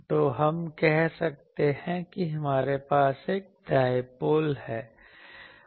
तो हम कहते हैं कि हमारे पास एक डायपोल है